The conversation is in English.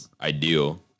ideal